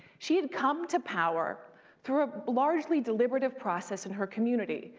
she had come to power through a largely deliberative process in her community.